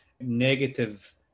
negative